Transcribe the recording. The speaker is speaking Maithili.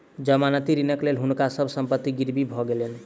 जमानती ऋणक लेल हुनका सभ संपत्ति गिरवी भ गेलैन